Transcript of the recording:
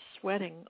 sweating